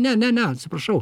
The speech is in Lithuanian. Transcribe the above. ne ne ne atsiprašau